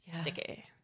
sticky